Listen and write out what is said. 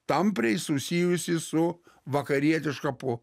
tampriai susijusi su vakarietiška po